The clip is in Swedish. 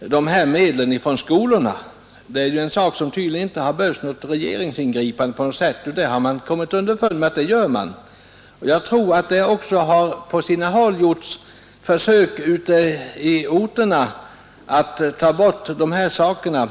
de här medlen från skolorna. Det är en sak som det uppenbarligen inte behövts något regeringsingripande för, men man har kommit underfund med att man bör göra på detta sätt. Jag tror också att det på andra orter gjorts försök med att ta bort de här medlen.